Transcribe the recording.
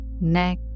neck